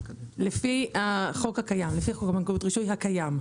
לפי חוק הבנקאים (רישוי) הקיים.